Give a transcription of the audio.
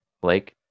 Blake